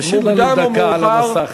תשאיר לנו דקה על המסך.